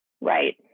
Right